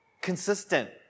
consistent